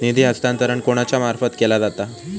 निधी हस्तांतरण कोणाच्या मार्फत केला जाता?